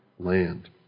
land